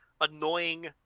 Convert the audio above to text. annoying